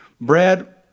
Brad